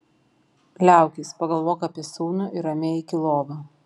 liaukis pagalvok apie sūnų ir ramiai eik į lovą